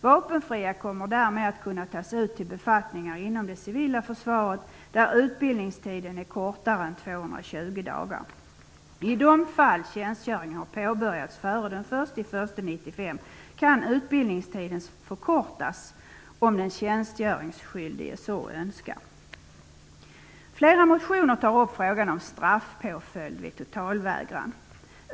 Vapenfria kommer därmed att kunna tas ut till befattningar inom det civila försvaret där utbildningstiden är kortare än 220 dagar. I de fall tjänstgöring har påbörjats före den 1 januari 1995 kan utbildningstiden förkortas om den tjänstgöringsskyldige så önskar. I flera motioner tas frågan om straffpåföljd vid totalvägran upp.